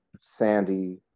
sandy